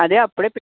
అదే అప్పుడే